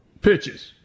pitches